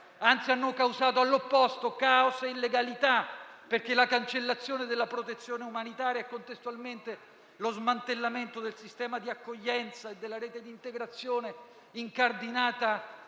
anzi, hanno causato, all'opposto, caos e illegalità, perché la cancellazione della protezione umanitaria, e contestualmente lo smantellamento del sistema di accoglienza e della rete di integrazione incardinata